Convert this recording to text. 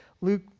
Luke